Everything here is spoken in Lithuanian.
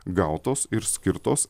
gautos ir skirtos